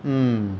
mm